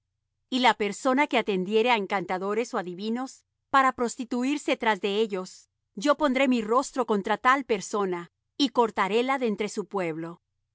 y la persona que atendiere á encantadores ó adivinos para prostituirse tras de ellos yo pondré mi rostro contra la tal persona y cortaréla de entre su pueblo